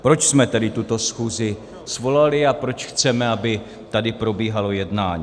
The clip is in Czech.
Proč jsme tedy tuto schůzi svolali a proč chceme, aby tady probíhalo jednání?